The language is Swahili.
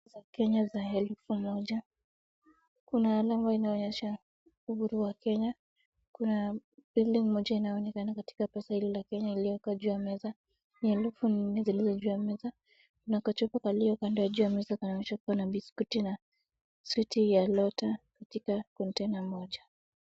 Pesa za Kenya za elfu moja. Kuna alama inayoonyesha uhuru wa Kenya. Kuna building moja inaonekana katika pesa hilo la Kenya iliyowekwa juu ya meza. Ni elfu nne zilizoko juu ya meza. Kuna kachupa kalio kando ya juu ya meza kanaonyesha kuwa na biskuti na sweeti ya Lotta katika container moja.